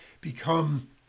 become